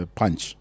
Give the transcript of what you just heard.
punch